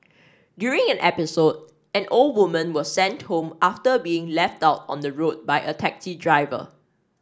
during an episode an old woman was sent home after being left out on the road by a taxi driver